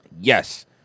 Yes